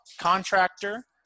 Contractor